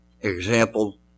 Example